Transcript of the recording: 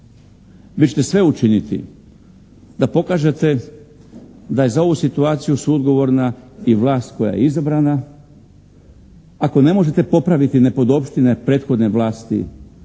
vi ćete sve učiniti da pokažete da je za ovu situaciju suodgovorna i vlasat koja je izabrana, ako ne možete popraviti nepodopštine prethodne vlasti